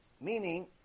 Meaning